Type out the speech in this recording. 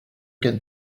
can